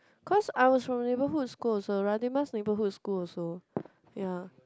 cause I was from neighbourhood school also Radin Mas neighbourhood school also ya